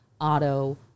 auto